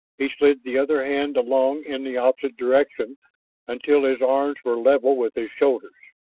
he slid the other hand along in the opposite direction until his arms were level with his shoulders.